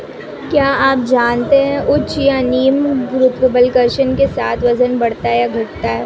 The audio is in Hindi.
क्या आप जानते है उच्च या निम्न गुरुत्वाकर्षण के साथ वजन बढ़ता या घटता है?